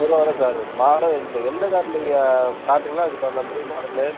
இல்லை sir model வந்து எந்த காரு நீங்கள் காட்டுறீங்ளோ அதுக்கு தகுந்த மாதிரி மாடலு